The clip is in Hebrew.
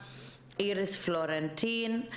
איריס פלורנטין,